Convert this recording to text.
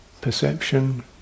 perception